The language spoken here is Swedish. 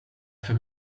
för